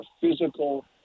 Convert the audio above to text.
physical